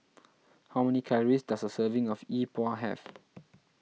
how many calories does a serving of Yi Bua have